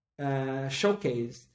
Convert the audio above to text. showcased